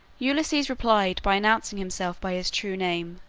ulysses replied by announcing himself by his true name,